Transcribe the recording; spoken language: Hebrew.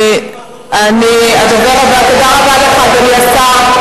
תודה רבה לך, אדוני השר.